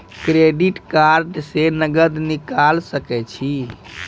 Credit card से नगद निकाल सके छी?